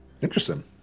Interesting